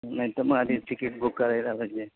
नाही तुम्हाला आधी तिकीट बुक करायला लागेल